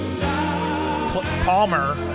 Palmer